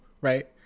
right